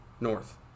North